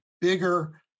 bigger